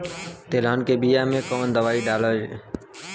तेलहन के बिया मे कवन दवाई डलाई?